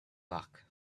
luck